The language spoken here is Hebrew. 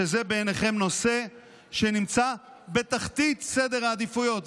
שזה בעיניכם נושא שנמצא בתחתית סדר העדיפויות.